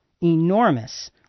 enormous